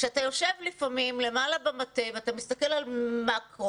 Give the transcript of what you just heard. כשאתה יושב לפעמים למעלה במטה ואתה מסתכל על המקרו,